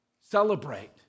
celebrate